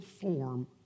form